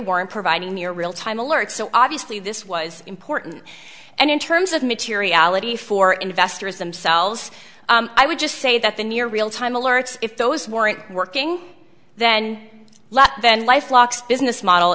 weren't providing near real time alerts so obviously this was important and in terms of materiality for investors themselves i would just say that the near real time alerts if those weren't working then lot then phlox business model